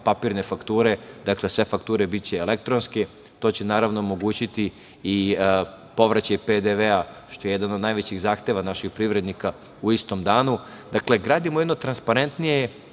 papirne fakture. Dakle, sve fakture biće elektronske. To će, naravno, omogućiti i povraćaj PDV-a, što je jedan od najvećih zahteva naših privrednika u istom danu. Dakle, gradimo jedno transparentnije